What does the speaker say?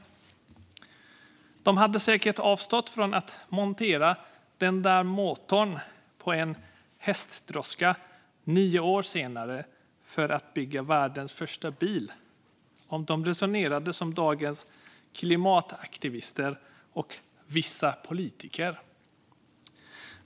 De hade säkert avstått från att montera den där motorn på en hästdroska nio år senare för att bygga världens första bil om de hade resonerat som dagens klimataktivister och vissa politiker.